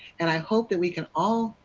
and i hope that we can all,